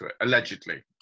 Allegedly